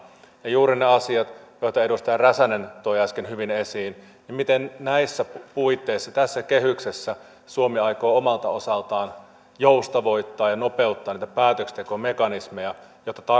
ja juuri ne asiat joita edustaja räsänen toi äsken hyvin esiin miten näissä puitteissa tässä kehyksessä suomi aikoo omalta osaltaan joustavoittaa ja nopeuttaa päätöksentekomekanismeja jotta